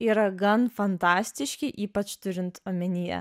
yra gan fantastiški ypač turint omenyje